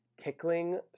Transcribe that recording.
tickling